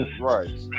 Right